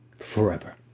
forever